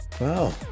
Wow